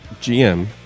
GM